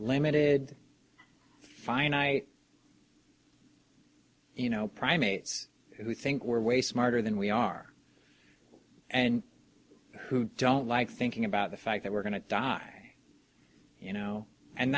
limited finite you know primates we think we're way smarter than we are and who don't like thinking about the fact that we're going to die you know and